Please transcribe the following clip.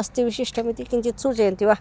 अस्ति विशिष्टम् इति किञ्चित् सूचयति वा